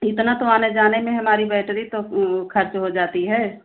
इतना तो आने जाने में हमारी बैट्री तो ख़र्च हो जाती है